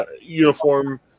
uniform